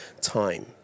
time